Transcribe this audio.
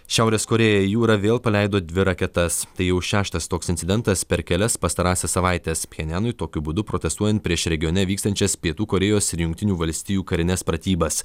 šiaurės korėja į jūrą vėl paleido dvi raketas tai jau šeštas toks incidentas per kelias pastarąsias savaites pchenjanui tokiu būdu protestuojant prieš regione vykstančias pietų korėjos ir jungtinių valstijų karines pratybas